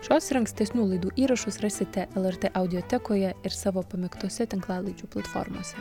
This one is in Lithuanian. šios ir ankstesnių laidų įrašus rasite lrt audiotekoje ir savo pamėgtose tinklalaidžių platformose